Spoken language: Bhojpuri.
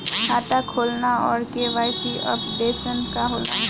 खाता खोलना और के.वाइ.सी अपडेशन का होला?